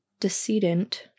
decedent